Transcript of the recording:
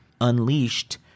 unleashed